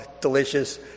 delicious